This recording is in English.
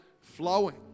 flowing